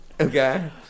Okay